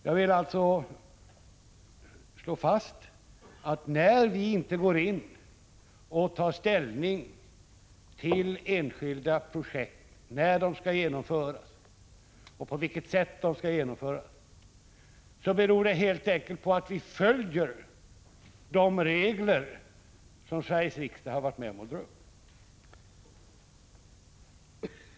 Att vi inte tar ställning till när och på vilket sätt enskilda projekt skall genomföras beror helt enkelt på att vi följer de regler som Sveriges riksdag varit med om att dra upp.